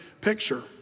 picture